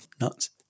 Nuts